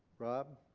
rob?